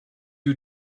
you